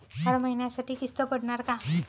हर महिन्यासाठी किस्त पडनार का?